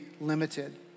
limited